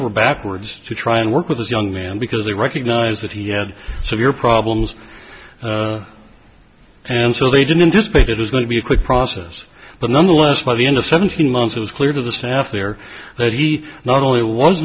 over backwards to try and work with this young man because they recognize that he had severe problems and so they didn't just break it was going to be a quick process but nonetheless by the end of seventeen months it was clear to the staff there that he not only was